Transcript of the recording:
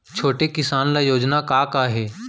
छोटे किसान ल योजना का का हे?